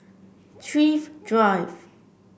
Thrift Drive